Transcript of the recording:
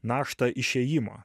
naštą išėjimą